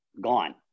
gone